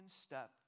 step